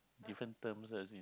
different terms